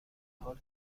حال